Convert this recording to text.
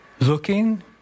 looking